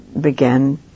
began